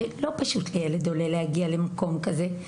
כי לא פשוט לילד עולה להגיע למקום כזה,